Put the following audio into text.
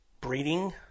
breeding